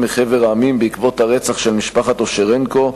מחבר המדינות בעקבות הרצח של משפחת אושרנקו,